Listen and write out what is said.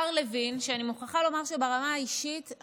שאני מוכרחה לומר שברמה האישית אני מאוד